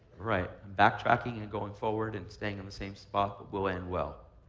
right. i'm backtracking and going forward and staying on the same spot, but we'll end well.